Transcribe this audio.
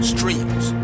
Streams